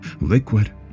Liquid